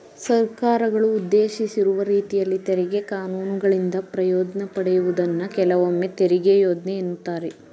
ಸರ್ಕಾರಗಳು ಉದ್ದೇಶಿಸಿರುವ ರೀತಿಯಲ್ಲಿ ತೆರಿಗೆ ಕಾನೂನುಗಳಿಂದ ಪ್ರಯೋಜ್ನ ಪಡೆಯುವುದನ್ನ ಕೆಲವೊಮ್ಮೆತೆರಿಗೆ ಯೋಜ್ನೆ ಎನ್ನುತ್ತಾರೆ